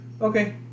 okay